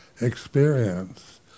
experience